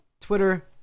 Twitter